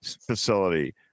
facility